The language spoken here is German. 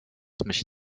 mich